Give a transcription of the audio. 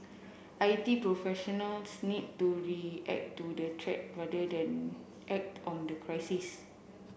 I T professionals need to react to the threat rather than act on the crisis